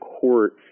Court